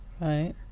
right